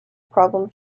problem